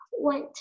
went